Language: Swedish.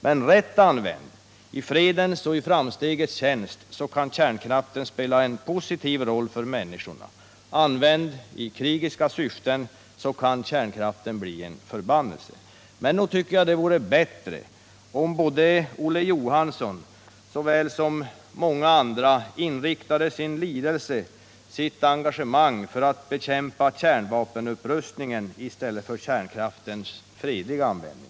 Men rätt använd, i fredens och i framstegens tjänst, kan kärnkraften spela en positiv roll för människorna. Använd i krigiska syften kan kärnkraften bli en förbannelse. Men nog vore det bättre, om Olof Johansson och många andra inriktade sin lidelse och sitt engagemang på att bekämpa kärnvapenupprustningen i stället för kärnkraftens fredliga användning.